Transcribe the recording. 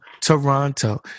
Toronto